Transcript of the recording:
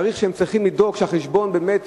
תאריך שהם צריכים לדאוג שהחשבון בו באמת